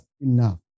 enough